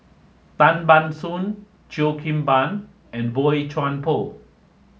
Tan Ban Soon Cheo Kim Ban and Boey Chuan Poh